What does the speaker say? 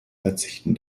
verzichten